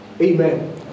Amen